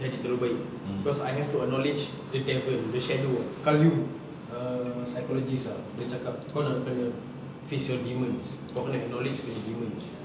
jadi terlalu baik cause I have to acknowledge the devil the shadow kalau you err psychologist ah dia cakap kau nak kena face your demons kau kena acknowledge kau punya demons